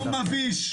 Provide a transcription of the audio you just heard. יום מבייש.